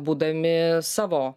būdami savo